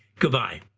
goodbye.